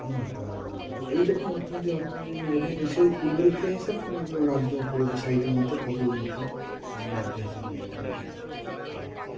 হ্যাঁ তা এইরকম অর্থনীতি অর্থনীতি এবং সেই পূর্ব দিক থেকে হিসাবে আমাদের রাজ্য পূর্ব সাইটের মধ্যে খুবই উন্নত রাজ্য হিসাবে বিবেচনা করা হয়